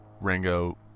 Ringo